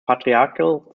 patriarchal